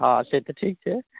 आओर से तऽ ठीक छै